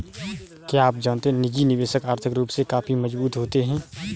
क्या आप जानते है निजी निवेशक आर्थिक रूप से काफी मजबूत होते है?